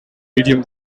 medium